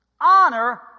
Honor